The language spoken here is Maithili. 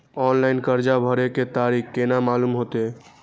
ऑनलाइन कर्जा भरे के तारीख केना मालूम होते?